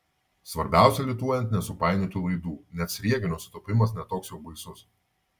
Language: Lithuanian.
svarbiausia lituojant nesupainioti laidų net sriegio nesutapimas ne toks jau baisus